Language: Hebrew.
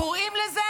קוראים לזה